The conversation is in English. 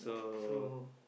so